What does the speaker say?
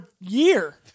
year